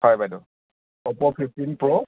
হয় বাইদ' অপ' ফিফটিন প্ৰ'